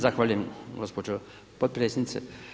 Zahvaljujem gospođo potpredsjednice.